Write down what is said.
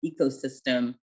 ecosystem